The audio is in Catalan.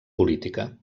política